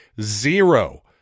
zero